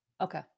Okay